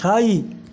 छै